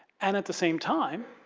and, at the same time,